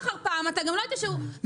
עדיין עשינו את המתווה,